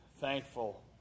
thankful